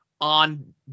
on